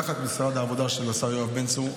תחת משרד העבודה של השר יואב בן-צור,